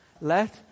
Let